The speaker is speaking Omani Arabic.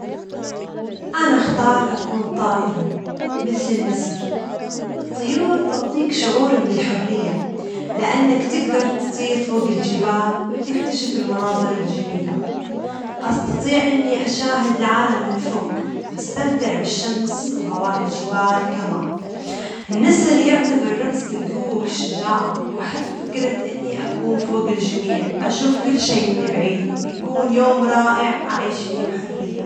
أنا أختار أكون طائر مثل النسر؛ فالطيور تعطيك شعور بالحرية، لأنك تجدر تطير فوج الجبال وتكتشف المناظر الجميلة، أستطيع إني أشوف العالم من الأعلى و أستمتع بالشمس وهواء الجبال، كما أن النسر يُعتبر رمزًا للجوة والشجاعة، وأحب فكرة إني أكون فوج الجميع وأشوف كل شيء من بعيد؛ بيكون يوم رائع أعيشه بحرية.